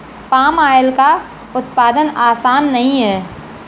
palm oil का उत्पादन आसान नहीं है